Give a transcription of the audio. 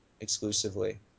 exclusively